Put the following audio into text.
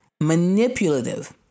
manipulative